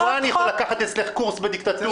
ארדואן יכול לקחת אצלך קורס בדיקטטורה,